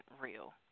real